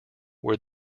where